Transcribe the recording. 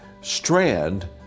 strand